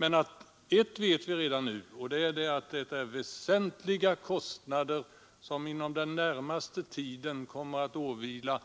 Men ett vet vi redan nu, och det är att väsentliga kostnader under den närmaste tiden kommer att åvila